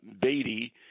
Beatty